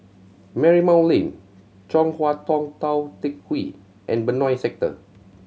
Marymount Lane Chong Hua Tong Tou Teck Hwee and Benoi Sector